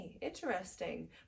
interesting